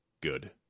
good